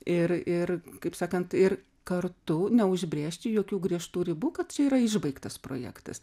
ir ir kaip sakant ir kartu neužbrėžti jokių griežtų ribų kad čia yra išbaigtas projektas